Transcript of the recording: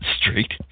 Street